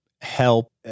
help